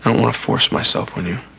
and want to force myself, when you